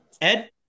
Ed